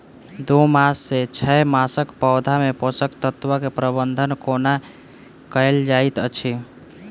दू मास सँ छै मासक पौधा मे पोसक तत्त्व केँ प्रबंधन कोना कएल जाइत अछि?